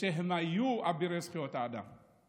כשהם היו אבירי זכויות האדם.